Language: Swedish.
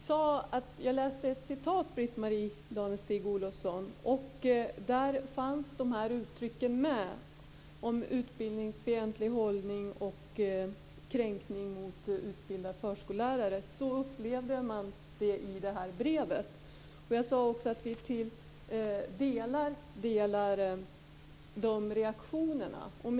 Fru talman! Jag läste upp ett citat, Britt-Marie Danestig, i vilket uttrycken om utbildningsfientlig hållning och kränkning mot utbildad förskollärare fanns med. Så upplevde man det i det här brevet. Jag sade också att vi till viss del delar reaktionerna.